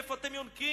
מאין אתם יונקים?